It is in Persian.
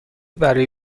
برای